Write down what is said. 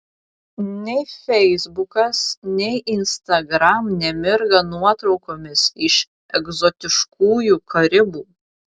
nei feisbukas nei instagram nemirga nuotraukomis iš egzotiškųjų karibų